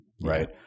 Right